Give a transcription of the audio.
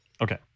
okay